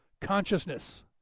consciousness